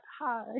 hi